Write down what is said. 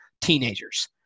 teenagers